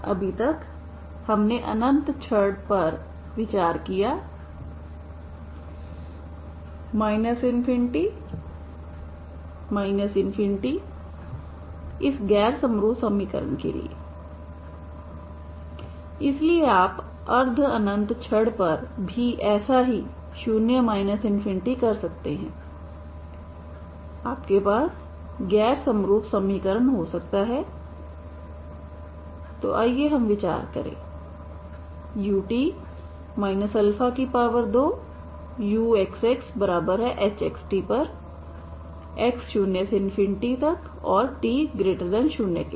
अभी तक हमने अनंत छड़पर विचार किया ∞ इस गैर समरूप समीकरण के लिए इसलिए आप अर्ध अनंत छड़ पर भी ऐसा ही 0 ∞ कर सकते हैं आपके पास गैर समरूप समीकरण हो सकता है तो आइए हम विचार करें ut 2uxxhxt पर 0x ∞ और t0 के लिए